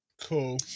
Cool